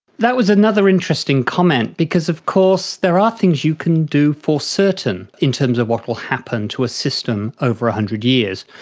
that was another interesting comment because of course there are things you can do for certain in terms of what will happen to a system over one hundred years.